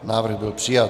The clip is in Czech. Návrh byl přijat.